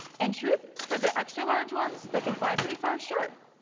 and truth, for the extra large ones that can fly pretty far, sure.